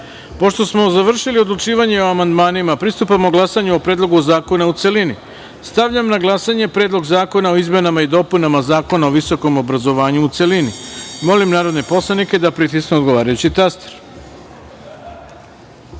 smo završili odlučivanje o amandmanima, pristupamo glasanju o Predlogu zakona u celini. Stavljam na glasanje Predlog zakona o izmenama i dopunama Zakona o visokom obrazovanju, u celini. Molim narodne poslanike da pritisnu odgovarajući